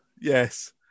Yes